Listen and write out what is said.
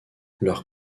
leurs